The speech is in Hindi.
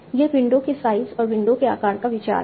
यह विंडो के साइज़ और विंडो के आकार का विचार है